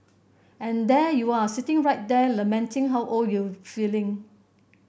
and there you are sitting right there lamenting how old you feeling